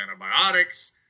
antibiotics